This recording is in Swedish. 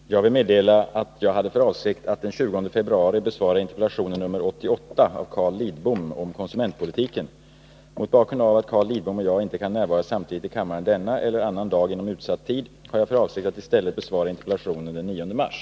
Herr talman! Jag vill meddela att jag hade för avsikt att den 20 februari besvara interpellation nr 88 av Carl Lidbom om konsumentpolitiken. Mot bakgrund av att Carl Lidbom och jag inte kan närvara samtidigt i kammaren denna eller annan dag inom utsatt tid, har jag för avsikt att i stället besvara interpellationen den 9 mars.